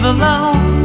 alone